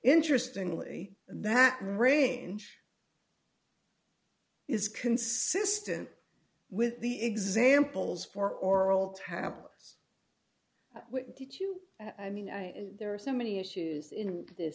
interesting really that range is consistent with the examples for oral tablets did you i mean there are so many issues in th